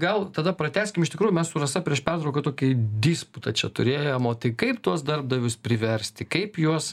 gal tada pratęskim iš tikrųjų mes su rasa prieš pertrauką tokį disputą čia turėjom o tai kaip tuos darbdavius priversti kaip juos